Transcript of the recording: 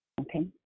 Okay